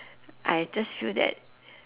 I just feel that